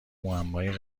معمای